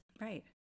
Right